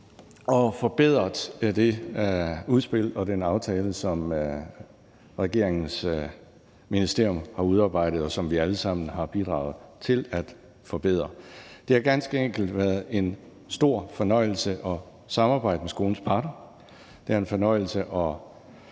og forbedret det udspil og den aftale, som regeringens ministerium har udarbejdet, og som vi alle sammen har bidraget til at forbedre. Det har ganske enkelt været en stor fornøjelse at samarbejde med skolens parter. Det er en fornøjelse at